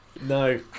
No